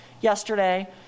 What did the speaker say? yesterday